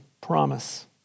promise